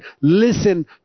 listen